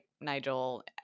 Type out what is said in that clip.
Nigel